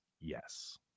yes